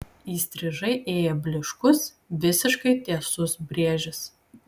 įstrižai ėjo blyškus visiškai tiesus brėžis